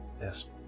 yes